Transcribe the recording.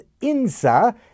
INSA